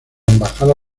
embajada